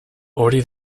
hori